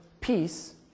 peace